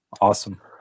Awesome